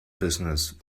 business